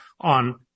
on